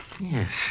Yes